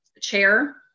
chair